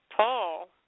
Paul